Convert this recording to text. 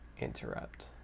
interrupt